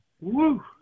Woo